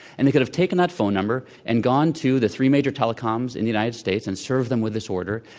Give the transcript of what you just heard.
and they could have taken that phone number and gone to the three major telecoms in the united states and served them with this order.